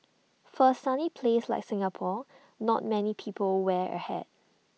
for A sunny place like Singapore not many people wear A hat